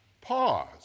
pause